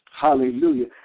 Hallelujah